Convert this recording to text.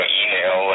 email